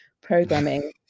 programming